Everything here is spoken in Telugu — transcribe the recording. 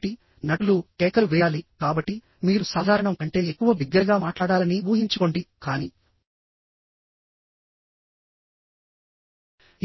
కాబట్టి నటులు కేకలు వేయాలి కాబట్టి మీరు సాధారణం కంటే ఎక్కువ బిగ్గరగా మాట్లాడాలని ఊహించుకోండి కానీ